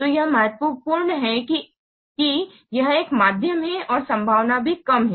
तो यह महत्वपूर्ण है की यह एक माध्यम है और संभावना भी कम है